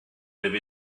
live